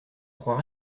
crois